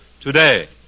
today